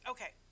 Okay